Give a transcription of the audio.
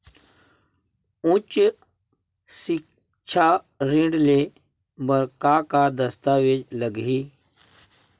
उच्च सिक्छा ऋण ले बर का का दस्तावेज लगही?